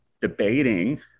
debating